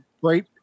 great